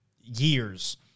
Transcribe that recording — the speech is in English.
years